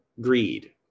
greed